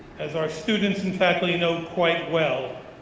as our students and faculty know quite well,